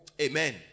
Amen